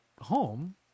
home